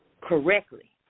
correctly